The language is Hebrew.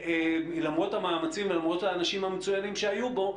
למרות המאמצים ולמרות האנשים המצוינים שהיו בו,